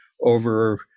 over